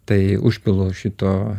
tai užpilu šito